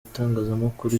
itangazamakuru